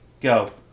go